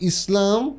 Islam